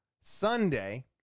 Sunday